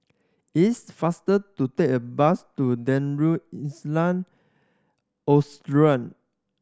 it's faster to take a bus to Darul Ihsan